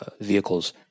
vehicles